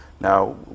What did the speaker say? Now